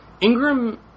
Ingram